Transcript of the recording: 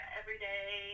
everyday